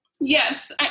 yes